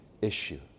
issue